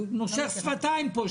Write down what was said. אני נושך שפתיים פה,